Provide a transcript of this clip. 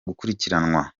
gukurikiranwa